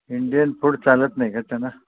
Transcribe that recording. Indian food चालत नाही का त्यांना